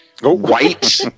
white